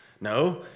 No